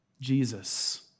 Jesus